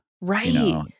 Right